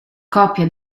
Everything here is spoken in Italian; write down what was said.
coppia